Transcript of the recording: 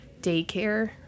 daycare